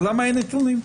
אבל למה אין נתונים,